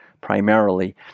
primarily